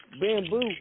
Bamboo